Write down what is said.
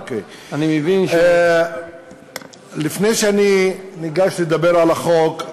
אני מבין, לפני שאני ניגש לדבר על החוק,